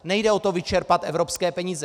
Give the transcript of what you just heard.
Nejde o to vyčerpat evropské peníze.